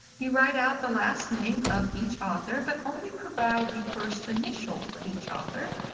you write out the last name of each author, but only provide the first initial for each author,